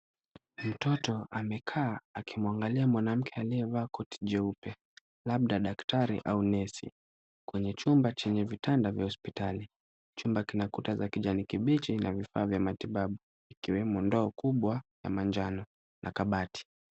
Mtoto amekaa akimwangalia mwanamke aliyevaa koti jeupe. Labda daktari au nesi. Kwenye chumba chenye vitanda vya hospitali. Chumba kina kuta za kijani kibichi na vifaa vya matibabu , vikiwemo ndoo kubwa ya manjano na kabati.